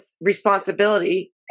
responsibility